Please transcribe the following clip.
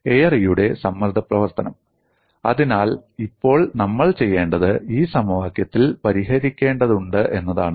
എയറിയുടെ സമ്മർദ്ദ പ്രവർത്തനം അതിനാൽ ഇപ്പോൾ നമ്മൾ ചെയ്യേണ്ടത് ഈ സമവാക്യങ്ങൾ പരിഹരിക്കേണ്ടതുണ്ട് എന്നതാണ്